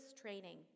training